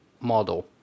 model